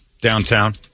downtown